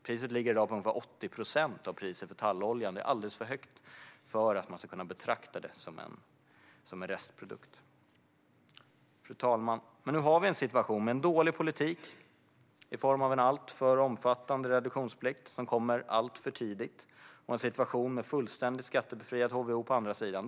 Priset ligger i dag på ungefär 80 procent av priset för talloljan. Det är alldeles för högt för att man ska kunna betrakta den som en restprodukt. Fru talman! Nu har vi en situation med en dålig politik i form av en alltför omfattande reduktionsplikt, som kommer alltför tidigt, och en situation med fullständigt skattebefriat HVO på andra sidan.